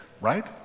right